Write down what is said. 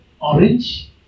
orange